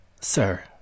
Sir